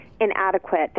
inadequate